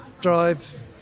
drive